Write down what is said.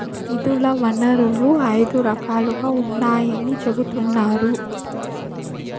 నిధుల వనరులు ఐదు రకాలుగా ఉన్నాయని చెబుతున్నారు